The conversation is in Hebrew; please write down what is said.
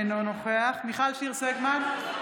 אינו נוכח מיכל שיר סגמן,